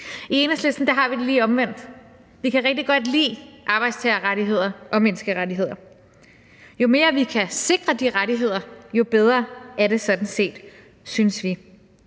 I Enhedslisten har vi det lige omvendt. Vi kan rigtig godt lide arbejdstagerrettigheder og menneskerettigheder. Jo mere vi kan sikre de rettigheder, jo bedre er det sådan set, synes vi.